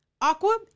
Aqua